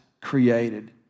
created